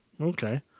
okay